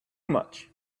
much